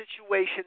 situation